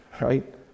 right